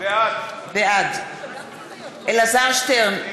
בעד אלעזר שטרן,